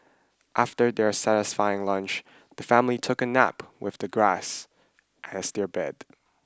after their satisfying lunch the family took a nap with the grass as their bed